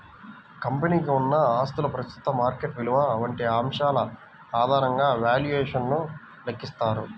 కంపెనీకి ఉన్న ఆస్తుల ప్రస్తుత మార్కెట్ విలువ వంటి అంశాల ఆధారంగా వాల్యుయేషన్ ను లెక్కిస్తారు